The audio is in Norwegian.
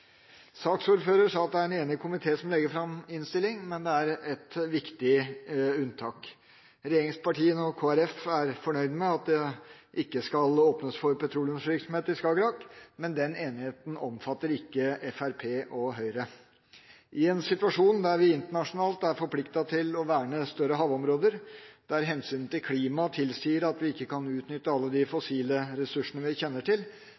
Saksordføreren sa at det er en samlet komité som legger fram innstilling. Men det er et viktig unntak. Regjeringspartiene og Kristelig Folkeparti er fornøyd med at det ikke skal åpnes for petroleumsvirksomhet i Skagerrak, men den enigheten omfatter ikke Fremskrittspartiet og Høyre. I en situasjon der vi internasjonalt er forpliktet til å verne større havområder, og der hensynet til klimaet tilsier at vi ikke kan utnytte alle de fossile ressursene vi kjenner til,